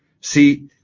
See